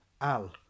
Al